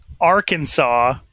Arkansas